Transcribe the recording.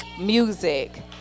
music